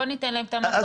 בוא ניתן להם את המקום.